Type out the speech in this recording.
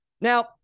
Now